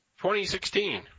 2016